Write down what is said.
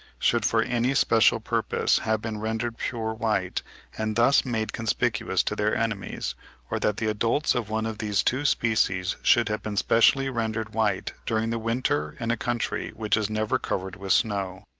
should for any special purpose have been rendered pure white and thus made conspicuous to their enemies or that the adults of one of these two species should have been specially rendered white during the winter in a country which is never covered with snow.